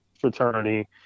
fraternity